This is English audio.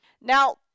Now